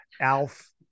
Alf